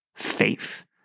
Faith